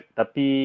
tapi